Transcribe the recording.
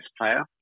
player